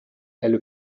elle